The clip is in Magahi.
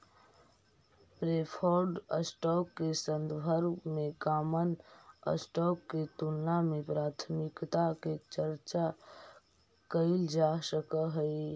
प्रेफर्ड स्टॉक के संदर्भ में कॉमन स्टॉक के तुलना में प्राथमिकता के चर्चा कैइल जा सकऽ हई